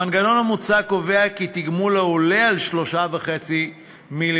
המנגנון המוצע קובע כי תגמול העולה על 3.5 מיליון